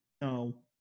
No